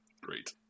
great